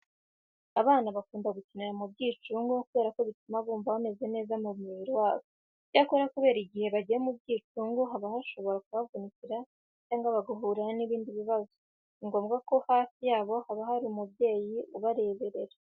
Abana bakunda gukinira mu byicungo kubera ko bituma bumva bameze neza mu mubiri wabo. Icyakora kubera ko igihe bagiye mu byicungo baba bashobora kuhavunikira cyangwa bagahurirayo n'ibindi bibazo, ni ngombwa ko hafi yabo haba hari umubyeyi ubareberera.